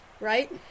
right